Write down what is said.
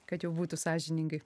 kad jau būtų sąžiningai